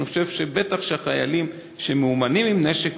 אני חושב שבטח שהחיילים שמאומנים עם נשק,